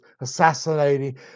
assassinating